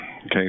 Okay